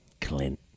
Clint